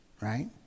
right